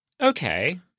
Okay